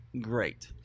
great